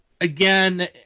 again